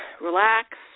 relax